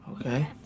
okay